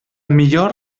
millor